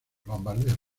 bombardeos